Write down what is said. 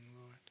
Lord